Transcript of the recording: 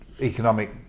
economic